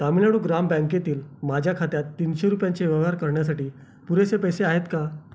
तामिळनाडू ग्राम बँकेतील माझ्या खात्यात तीनशे रुपयांचे व्यवहार करण्यासाठी पुरेसे पैसे आहेत का